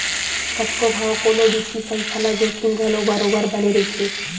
कतको घांव कोनो बित्तीय संस्था ल जोखिम घलो बरोबर बने रहिथे